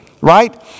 right